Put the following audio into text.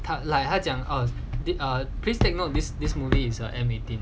她来她讲 us they are please take note this this movie is a M eighteen